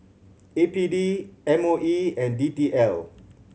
A P D M O E and D T L